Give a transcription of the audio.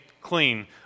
clean